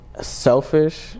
Selfish